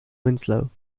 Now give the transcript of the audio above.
winslow